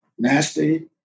Nasty